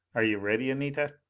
are you ready, anita?